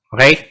Okay